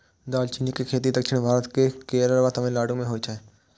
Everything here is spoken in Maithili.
दालचीनी के खेती दक्षिण भारत केर केरल आ तमिलनाडु मे होइ छै